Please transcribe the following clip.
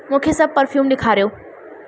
मूंखे सभ परफ़्यूम ॾेखारियो